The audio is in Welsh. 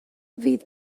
fydd